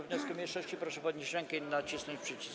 wniosku mniejszości, proszę podnieść rękę i nacisnąć przycisk.